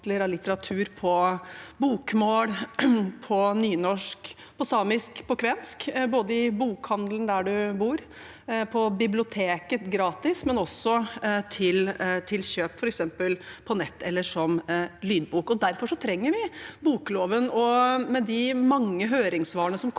litteratur, på bokmål, på nynorsk, på samisk og på kvensk, både i bokhandelen der de bor, på biblioteket, gratis, men også for kjøp, f.eks. på nett eller som lydbok. Derfor trenger vi bokloven. Av de mange høringssvarene som kom